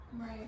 right